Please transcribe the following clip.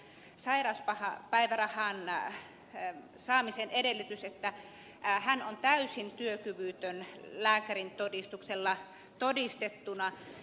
se on tämä sairauspäivärahan saamisen edellytys että henkilö on täysin työkyvytön lääkärintodistuksella todistettuna